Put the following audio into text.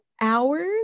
hours